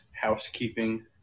housekeeping